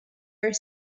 are